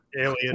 alien